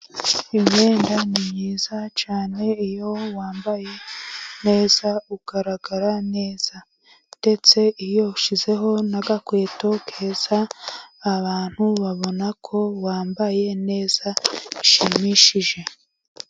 Imyenda ni myiza cyane iyo wambaye neza ugaragara neza, ndetse iyo ushyizeho n' agakweto keza abantu babona ko wambaye neza bishimishije.